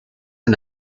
and